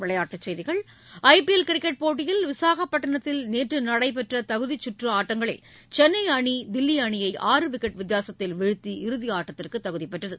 விளையாட்டுச்செய்கிகள் IPL cricket போட்டியில் விசாகப்பட்டினத்தில் நேற்று நடைபெற்ற இரண்டாவது தகுதிச்சுற்று ஆட்டத்தில் சென்னை அணி தில்லி அணியை ஆறு விக்கெட் வித்தியாசத்தில் வீழ்த்தி இறுதியாட்டத்திற்கு தகுதி பெற்றது